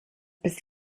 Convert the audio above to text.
bis